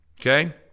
okay